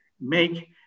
make